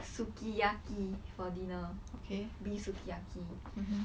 sukiyaki for dinner okay beef sukiyaki